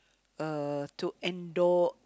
uh to endure